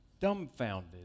dumbfounded